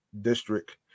district